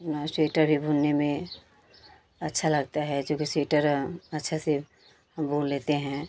अपना स्वेटर भी बुनने में अच्छा लगता है जोकि स्वेटर अच्छा से हम बुन लेते हैं